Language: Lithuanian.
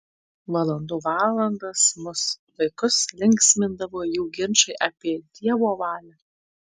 valandų valandas mus vaikus linksmindavo jų ginčai apie dievo valią